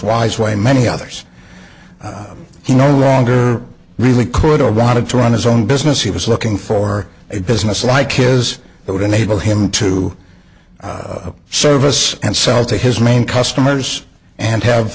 wise why many others he no longer really could or wanted to run his own business he was looking for a business like his that would enable him to service and sell to his main customers and have